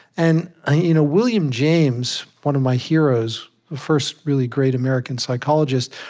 and ah you know william james, one of my heroes, the first really great american psychologist,